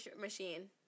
machine